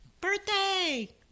birthday